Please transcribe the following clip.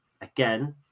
Again